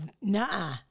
nah